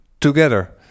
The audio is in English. together